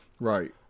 Right